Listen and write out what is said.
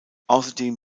außerdem